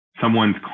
someone's